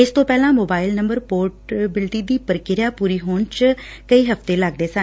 ਇਸ ਤੋਂ ਪਹਿਲਾਂ ਮੋਬਾਇਲ ਨੰਬਰ ਪੋਰਟੇ ਬਿਲਟੀ ਦੀ ਪ੍ਕਿਰਿਆ ਪੂਰੀ ਹੋਣ ਲਈ ਇਕ ਹਫ਼ਤਾ ਲਗਦਾ ਸੀ